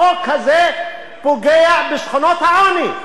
החוק הזה פוגע בשכונות העוני,